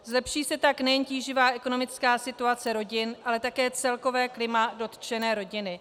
Zlepší se tak nejen tíživá ekonomická situace rodin, ale také celkové klima dotčené rodiny.